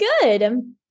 good